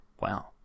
Wow